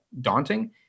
daunting